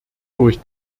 durch